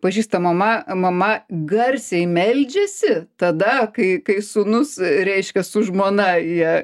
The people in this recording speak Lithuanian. pažįsta mama mama garsiai meldžiasi tada kai kai sūnus reiškias su žmona jie